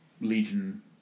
Legion